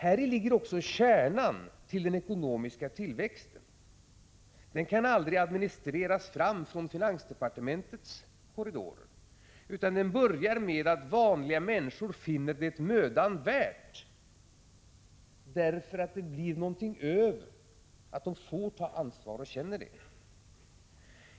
Häri ligger också kärnan till den ekonomiska tillväxten. Den kan aldrig administreras fram från finansdepartementets korridorer, utan den börjar med att vanliga människor finner det mödan värt att göra en insats, därför att det blir något över och därför att de får ta och känna ansvar.